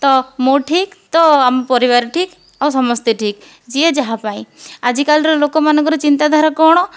ତ ମୁଁ ଠିକ୍ ତ ଆମ ପରିବାର ଠିକ୍ ଆଉ ସମସ୍ତେ ଠିକ୍ ଯିଏ ଯାହା ପାଇଁ ଆଜିକାଲିର ଲୋକମାନଙ୍କର ଚିନ୍ତାଧାରା କ'ଣ